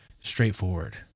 straightforward